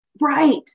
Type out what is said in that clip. Right